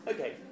Okay